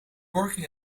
working